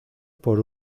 por